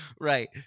Right